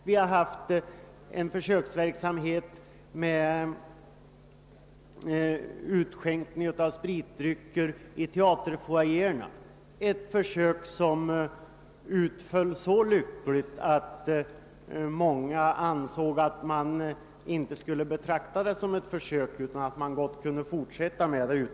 Vi har också haft en försöksverksamhet med utskänkning av spritdrycker i teaterfoajéerna, ett försök som utföll så lyckligt att många ansåg att det inte längre skulle betraktas som ett försök.